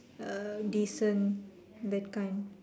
err decent that kind